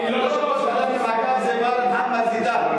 ראש ועדת המעקב זה מר מוחמד זידאן.